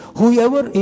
Whoever